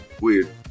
Weird